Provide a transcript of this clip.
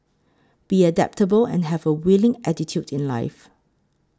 be adaptable and have a willing attitude in life